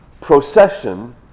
procession